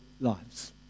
lives